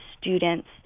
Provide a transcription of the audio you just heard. students